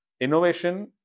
innovation